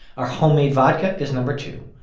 our homemade vodka is number two.